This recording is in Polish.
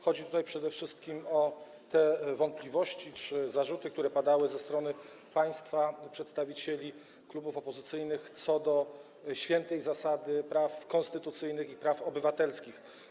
Chodzi tutaj przede wszystkim o te wątpliwości czy zarzuty, które padały ze strony przedstawicieli klubów opozycyjnych, co do świętej zasady praw konstytucyjnych i praw obywatelskich.